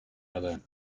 other